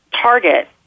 target